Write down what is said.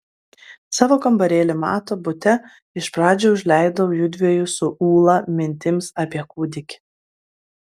savo kambarėlį mato bute iš pradžių užleidau jųdviejų su ūla mintims apie kūdikį